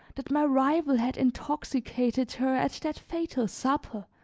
that my rival had intoxicated her at that fatal supper,